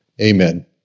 amen